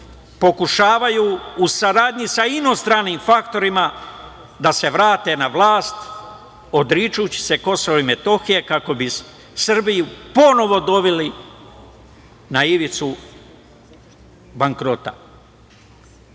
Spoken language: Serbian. pokušavaju, u saradnji sa inostranim faktorima, da se vrate na vlast, odričući se KiM, kako bi Srbiju ponovo doveli na ivicu bankrota. Ovih